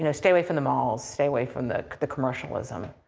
and stay away from the malls. stay away from the the commercialism.